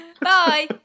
Bye